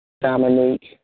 Dominique